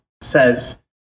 says